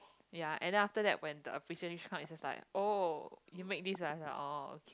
ya and then after that when the appreciation come it's just like oh you make this ah it's like oh okay